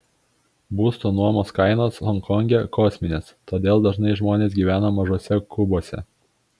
būsto nuomos kainos honkonge kosminės todėl dažnai žmonės gyvena mažuose kubuose